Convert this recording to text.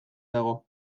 dago